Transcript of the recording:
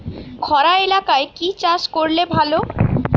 খরা এলাকায় কি চাষ করলে ভালো?